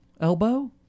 Elbow